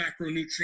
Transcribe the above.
macronutrients